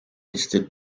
listed